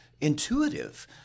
intuitive